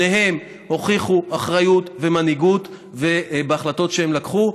שניהם הוכיחו אחריות ומנהיגות בהחלטות שהם לקחו,